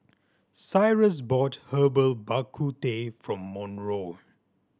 Cyrus bought Herbal Bak Ku Teh for Monroe